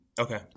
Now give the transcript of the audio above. Okay